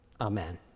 Amen